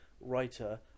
writer